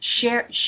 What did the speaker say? share